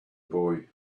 boy